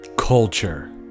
Culture